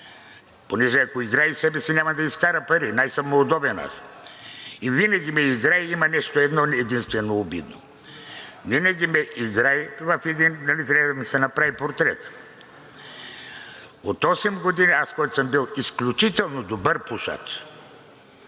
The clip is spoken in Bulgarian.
Понеже, ако играе себе си, няма да изкара пари – най съм му удобен аз. И винаги ме играе – има нещо единствено обидно. Винаги ме играе – нали трябва да ми се направи портрет. От осем години… аз, който съм бил изключително добър пушач,